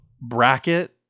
bracket